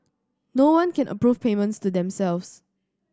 no one can approve payments to themselves